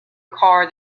car